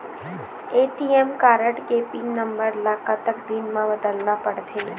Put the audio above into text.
ATM card के pin number ला कतक दिन म बदलना पड़थे?